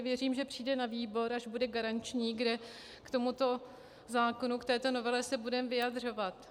Věřím, že přijde na výbor, až bude garanční, kde k tomuto zákonu, k této novele se budeme vyjadřovat.